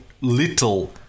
little